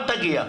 אל תגיע.